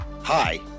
hi